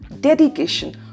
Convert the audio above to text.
dedication